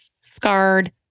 scarred